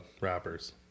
rappers